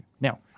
Now